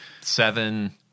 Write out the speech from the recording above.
seven